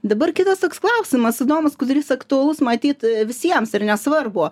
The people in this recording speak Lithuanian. dabar kitas toks klausimas įdomus kuris aktualus matyt visiems ir nesvarbu